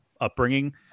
upbringing